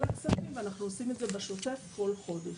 הכספים ואנחנו עושים את זה בשוטף כל חודש.